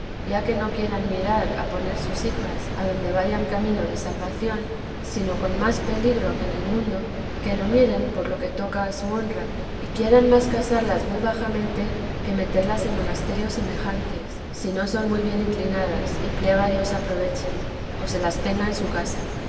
ya que no quieran mirar a poner sus hijas adonde vayan camino de salvación sino con más peligro que en el mundo que lo miren por lo que toca a su honra y quieran más casarlas muy bajamente que meterlas en monasterios semejantes si no son muy bien inclinadas y plega a dios aproveche o se las tenga en su casa